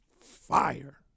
fire